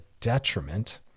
detriment